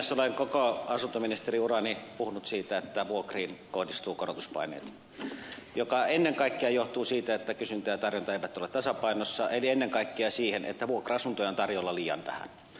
olen koko asuntoministeriurani puhunut siitä että vuokriin kohdistuu korotuspaineita mikä ennen kaikkea johtuu siitä että kysyntä ja tarjonta eivät ole tasapainossa eli ennen kaikkea siitä että vuokra asuntoja on tarjolla liian vähän